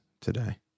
today